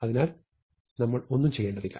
അതിനാൽ അതിനെ നമ്മൾ ഒന്നും ചെയ്യേണ്ടതില്ല